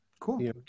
cool